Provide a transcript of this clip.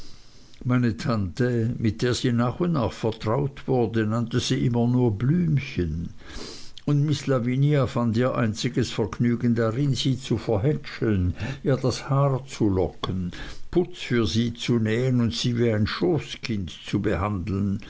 meine tante mit der sie nach und nach vertraut wurde nannte sie immer nur blümchen und miß lavinia fand ihr einziges vergnügen darin sie zu verhätscheln ihr das haar zu locken putz für sie zu nähen und sie wie ein schoßkind zu behandeln